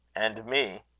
and me,